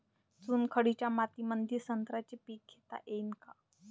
चुनखडीच्या मातीमंदी संत्र्याचे पीक घेता येईन का?